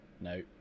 no